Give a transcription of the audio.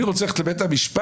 אני רוצה ללכת לבית המשפט,